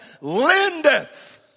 lendeth